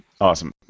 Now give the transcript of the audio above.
Awesome